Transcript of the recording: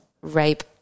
rape